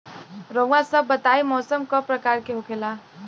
रउआ सभ बताई मौसम क प्रकार के होखेला?